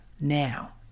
now